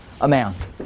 amount